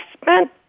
spent